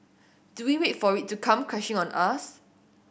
do we wait for it to come crashing on us